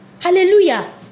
Hallelujah